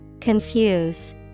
Confuse